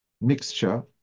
mixture